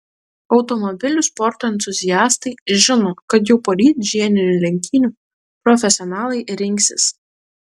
automobilių sporto entuziastai žino kad jau poryt žiedinių lenktynių profesionalai rinksis